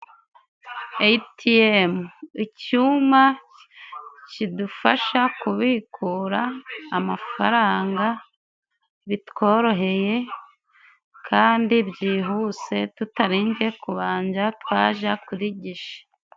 Eyitiyemu(ATM), icyuma kidufasha kubikura amafaranga bitworoheye kandi byihuse tutarinze kubanza twaja kuri gishe(guichet).